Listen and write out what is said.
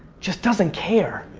just doesn't care.